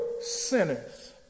sinners